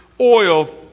oil